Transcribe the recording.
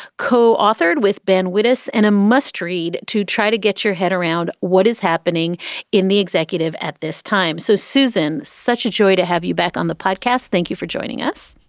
co-authored with ben witness and a must read to try to get your head around what is happening in the executive at this time. so, susan. such a joy to have you back on the podcast. thank you for joining us.